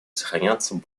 сохраняться